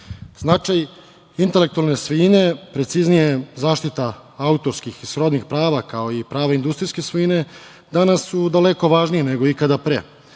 intelektualne svojine, preciznije zaštita autorskih i srodnih prava, kao i prava industrijske svojine, danas su daleko važniji nego ikada pre,